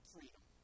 Freedom